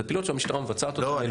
אלה פעילויות שהמשטרה מבצעת אותן.